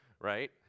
right